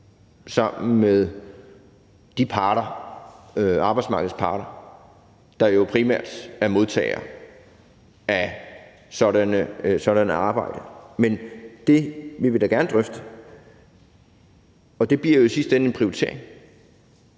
sammen med arbejdsmarkedets parter, der jo primært er modtagere af sådan et arbejde. Men det vil vi da gerne drøfte, og det bliver jo i sidste ende en prioritering.